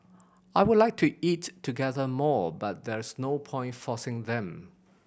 I would like to eat together more but there is no point forcing them